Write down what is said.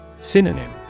Synonym